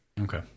okay